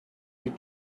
you